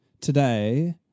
today